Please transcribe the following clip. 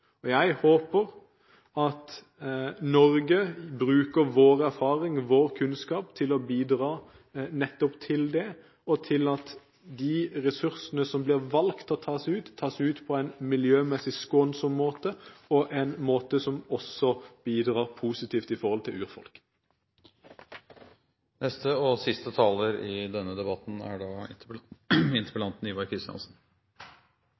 Jeg håper at Norge bruker sine erfaringer og kunnskap til å bidra nettopp til det, og til at de ressursene som blir valgt til å tas ut, tas ut på en miljømessig skånsom måte og på en måte som også bidrar positivt